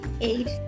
Eight